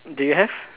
they have